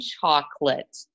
chocolate